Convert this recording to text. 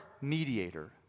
mediator